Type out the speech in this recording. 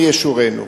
מי ישורנו.